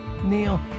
Neil